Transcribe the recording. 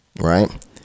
right